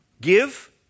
Give